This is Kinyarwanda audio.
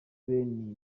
bene